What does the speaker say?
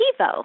TiVo